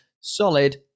solid